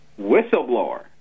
whistleblower